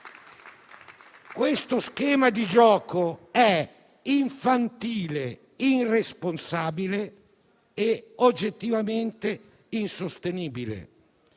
Questo schema di gioco è infantile, irresponsabile e oggettivamente insostenibile.